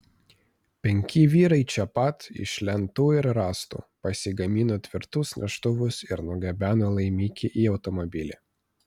penki vyrai čia pat iš lentų ir rąstų pasigamino tvirtus neštuvus ir nugabeno laimikį į automobilį